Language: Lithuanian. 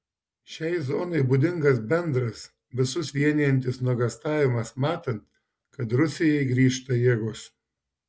šiai zonai būdingas bendras visus vienijantis nuogąstavimas matant kad rusijai grįžta jėgos